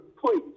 Please